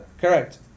Correct